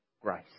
grace